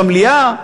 במליאה.